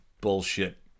bullshit